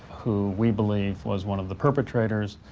who we believe was one of the perpetrators.